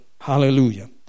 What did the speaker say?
Hallelujah